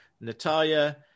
Natalia